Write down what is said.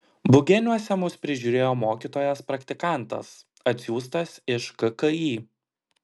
bugeniuose mus prižiūrėjo mokytojas praktikantas atsiųstas iš kki